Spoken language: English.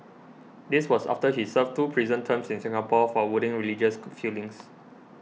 this was after he served two prison terms in Singapore for wounding religious feelings